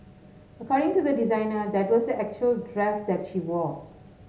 according to the designer that was the actual dress that she wore